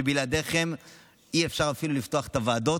שבלעדיכם אי-אפשר אפילו לפתוח את הוועדות,